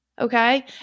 okay